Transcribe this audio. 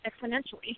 exponentially